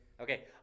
Okay